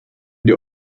der